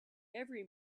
every